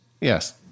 Yes